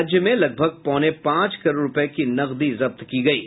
राज्य में लगभग पौने पांच करोड़ रूपये की नकदी जब्त की गयी है